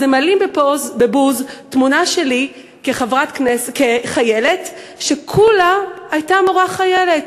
אז הם מעלים בבוז תמונה שלי כחיילת ש"כולה" הייתה מורה חיילת,